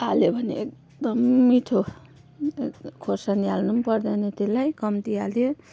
हाल्यो भने एकदम मिठो खोर्सानी हाल्नु पनि पर्दैन त्यसलाई कम्ती हालिदियो